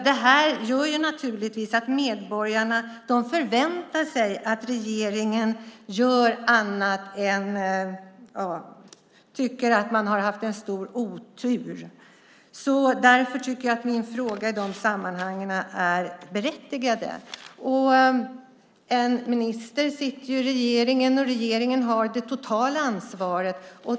Det här gör naturligtvis att medborgarna förväntar sig att regeringen gör annat än att tycka att det har varit stor otur. Därför är min fråga i de sammanhangen berättigad. En minister sitter i regeringen, och regeringen har det totala ansvaret.